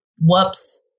whoops